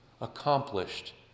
accomplished